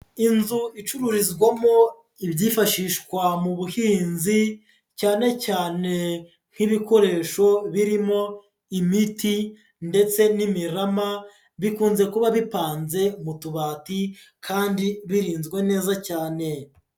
Inzu icururizwamo ibyifashishwa mu buhinzi, cyane cyane nk'ibikoresho birimo imiti ndetse n'imirama, bikunze kuba bipanze mu tubati kandi birinzwe neza cyane.